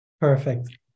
Perfect